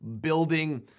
building